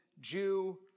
Jew